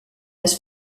las